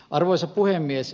arvoisa puhemies